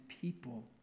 people